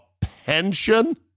pension